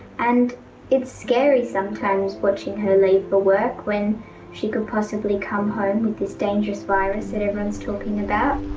and it's scary sometimes watching her leave for work when she could possibly come home with this dangerous virus that everyone's talking about.